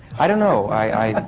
i don't know. i.